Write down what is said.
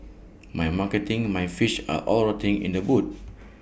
my marketing my fish are all rotting in the boot